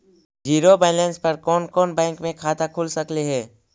Zero balance पर कोन कोन बैंक में खाता खुल सकले हे?